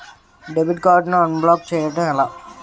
Debit card ను unblock block చేయటం ఎలా?